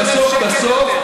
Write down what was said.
כי בסוף בסוף,